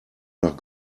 nach